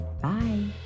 Bye